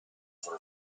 for